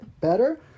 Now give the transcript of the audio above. better